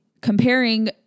comparing